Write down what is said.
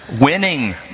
winning